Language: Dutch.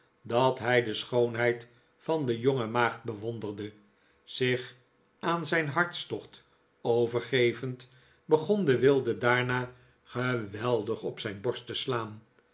dat hij de schoonheid van de jonge maagd bewonderde zich aan zijn hartstocht overgevend begon de wilde daarna geweldig op zijn borst te slaan